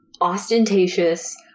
ostentatious